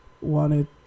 wanted